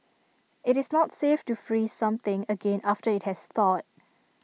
IT is not safe to freeze something again after IT has thawed